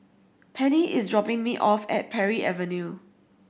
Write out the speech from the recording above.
Pennie is dropping me off at Parry Avenue